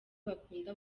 bakunda